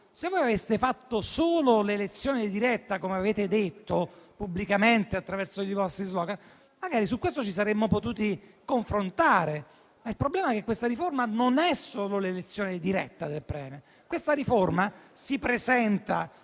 Se voi aveste fatto solo l'elezione diretta del *Premier*, come avete detto pubblicamente, attraverso i vostri *slogan*, magari su questo ci saremmo potuti confrontare. Il problema è che questa riforma non è solo l'elezione diretta del *Premier*: questa riforma si presenta